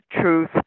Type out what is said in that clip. truth